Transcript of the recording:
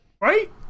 Right